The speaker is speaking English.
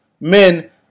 men